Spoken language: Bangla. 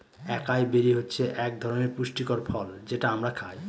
একাই বেরি হচ্ছে এক ধরনের পুষ্টিকর ফল যেটা আমরা খায়